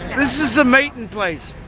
this is a meeting place.